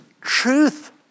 truth